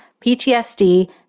PTSD